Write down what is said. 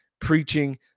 preaching